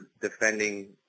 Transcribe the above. defending